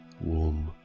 warm